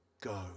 Go